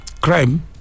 crime